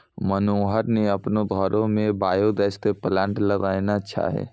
मनोहर न आपनो घरो मॅ बायो गैस के प्लांट लगैनॅ छै